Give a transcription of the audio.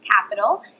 capital